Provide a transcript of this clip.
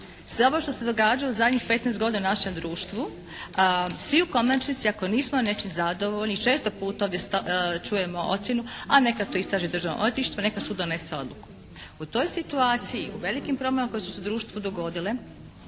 Sve ovo što se događa u zadnjih 15 godina u našem društvu svi u konačnici ako nismo nečim zadovoljni i često puta ovdje čujemo ocjenu a neka to istraži Državno odvjetništvo, neka sud donese odluku. U toj situaciji, u velikim promjenama koje su se u društvu dogodile,